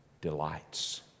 delights